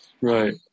Right